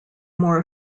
more